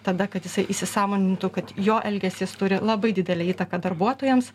tada kad jisai įsisąmonintų kad jo elgesys turi labai didelę įtaką darbuotojams